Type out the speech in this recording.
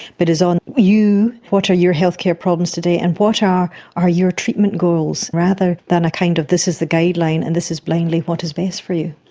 but is on you, what are your healthcare problems to to date and what are are your treatment goals rather than a kind of this is the guideline and this is blindly what is best for you.